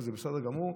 וזה בסדר גמור,